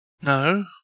No